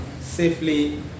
safely